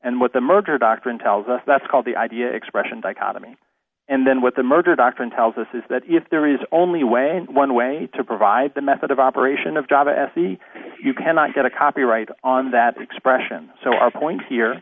and what the merger doctrine tells us that's called the idea expression dichotomy and then what the merger doctrine tells us is that if there is only way one way to provide the method of operation of java se you cannot get a copyright on that expression so our point here